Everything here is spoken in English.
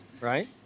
right